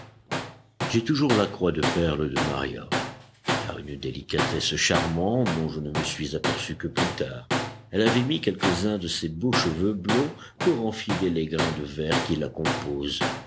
j'ai toujours la croix de perles de maria par une délicatesse charmante dont je ne me suis aperçu que plus tard elle avait mis quelques-uns de ses beaux cheveux blonds pour enfiler les grains de verre qui la composent